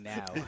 now